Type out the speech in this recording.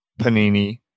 Panini